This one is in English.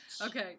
Okay